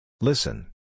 Listen